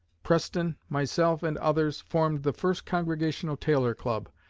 preston, myself, and others, formed the first congressional taylor club,